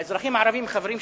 האזרחים הערבים חברים שלה.